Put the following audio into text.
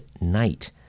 night